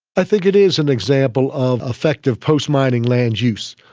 i think it is an example of effective post-mining land use.